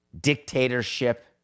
Dictatorship